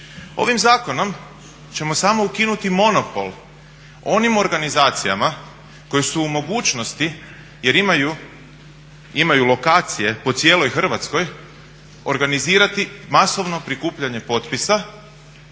Ovim zakonom ćemo samo ukinuti monopol onim organizacijama koje su u mogućnosti jer imaju lokacije po cijeloj Hrvatskoj organizirati masovno prikupljanje potpisa